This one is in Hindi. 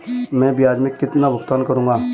मैं ब्याज में कितना भुगतान करूंगा?